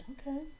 Okay